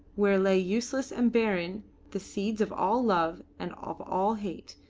where lay useless and barren the seeds of all love and of all hate,